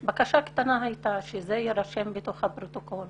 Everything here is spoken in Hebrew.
אלא הייתה לי בקשה והיא שזה יירשם בפרוטוקול